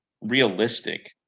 realistic